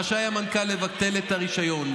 רשאי המנכ"ל לבטל את הרישיון.